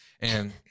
And-